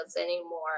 anymore